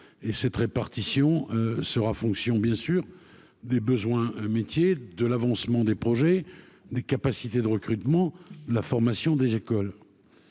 Cette répartition sera fonction, bien sûr, des besoins des métiers, de l'avancement des projets, des capacités de recrutement, de la formation et des écoles.